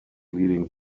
leading